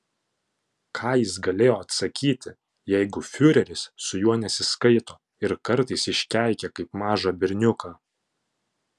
ką jis galėjo atsakyti jeigu fiureris su juo nesiskaito ir kartais iškeikia kaip mažą berniuką